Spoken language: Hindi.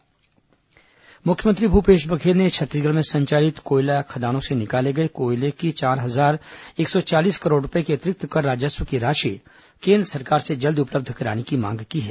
मुख्यमंत्री कोयला खदान मुख्यमंत्री भूपेश बघेल ने छत्तीसगढ़ में संचालित कोयला खदानों से निकाले गये कोयले की चार हजार एक सौ चालीस करोड़ रूपये अतिरिक्त कर राजस्व की राशि केन्द्र सरकार से जल्द उपलब्ध कराने की मांग की है